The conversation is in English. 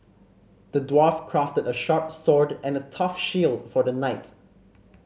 the dwarf crafted a sharp sword and a tough shield for the knights